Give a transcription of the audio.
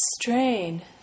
strain